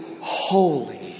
holy